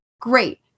great